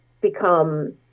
become